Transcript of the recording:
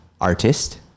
artist